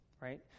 right